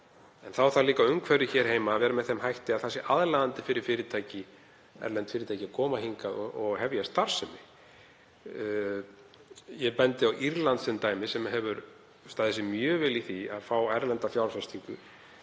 En þá þarf líka umhverfið hér að vera með þeim hætti að það sé aðlaðandi fyrir erlend fyrirtæki að koma hingað og hefja starfsemi. Ég bendi á Írland sem dæmi um land sem hefur staðið sig mjög vel í því að fá erlenda fjárfestingu.